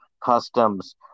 customs